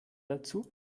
dazu